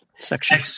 Section